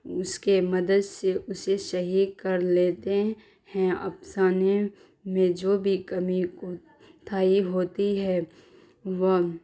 اس کے مدد سے اسےصحیح کر لیتے ہیں افسانے میں جو بھی کمی کوتاہی ہوتی ہے وہ